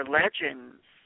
legends